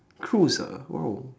cool sia lah !wow!